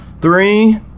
Three